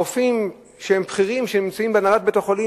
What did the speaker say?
הרופאים הבכירים שנמצאים בהנהלת בית-החולים